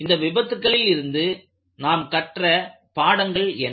இந்த விபத்துக்களில் இருந்து நாம் கற்ற பாடங்கள் என்ன